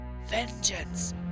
Vengeance